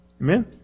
Amen